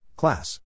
Class